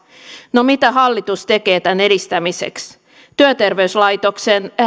no mitä hallitus tekee tämän edistämiseksi työterveyslaitoksen